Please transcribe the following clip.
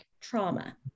trauma